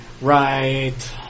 Right